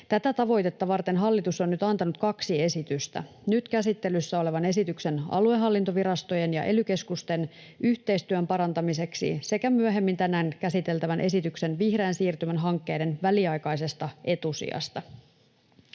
Tätä tavoitetta varten hallitus on nyt antanut kaksi esitystä: nyt käsittelyssä olevan esityksen aluehallintovirastojen ja ely-keskusten yhteistyön parantamiseksi sekä myöhemmin tänään käsiteltävän esityksen vihreän siirtymän hankkeiden väliaikaisesta etusijasta.